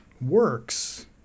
works